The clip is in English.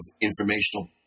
informational